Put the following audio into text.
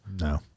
no